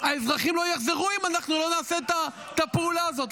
האזרחים לא יחזרו אם אנחנו לא נעשה את הפעולה הזאת.